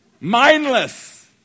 Mindless